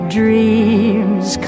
dreams